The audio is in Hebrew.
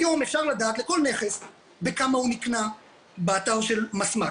היום אפשר לדעת בכל נכס בכמה הוא נקנה באתר של מסמ"ק.